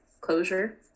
closure